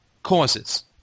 causes